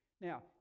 Now